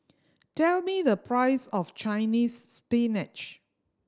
tell me the price of Chinese Spinach